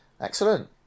Excellent